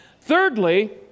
Thirdly